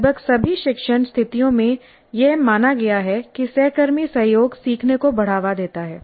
लगभग सभी शिक्षण स्थितियों में यह माना गया है कि सहकर्मी सहयोग सीखने को बढ़ावा देता है